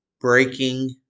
Breaking